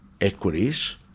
equities